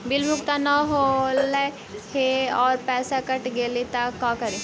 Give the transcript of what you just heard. Bill भुगतान न हौले हे और पैसा कट गेलै त का करि?